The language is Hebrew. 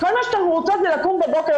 כל מה שאנחנו רוצות זה לקום בבוקר,